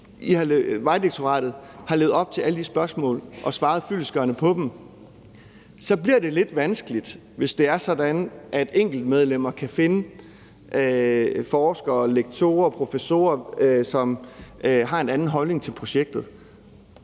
har levet op til alle de spørsmål og svaret fyldestgørende på dem, og så bliver det lidt vanskeligt, hvis det er sådan, at enkeltmedlemmer kan finde forskere, lektorer og professorer, som har en anden holdning til projektet.